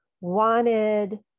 wanted